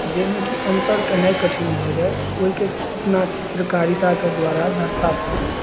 जाहिमे कि अन्तर केनाइ कठिन भऽ जाय ओहिके अपना चित्रकारिताके द्वारा दर्शा सकी